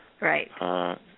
Right